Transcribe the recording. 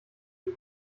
die